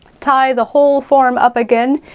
tie the whole form up again,